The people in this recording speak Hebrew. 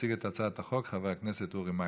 יציג את הצעת החוק חבר הכנסת אורי מקלב.